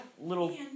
little